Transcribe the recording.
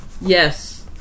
Yes